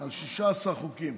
על 16 חוקים